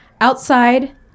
Outside